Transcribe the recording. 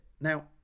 Now